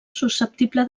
susceptible